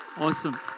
Awesome